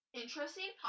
interesting